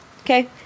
Okay